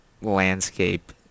landscape